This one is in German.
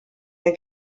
der